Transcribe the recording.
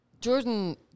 Jordan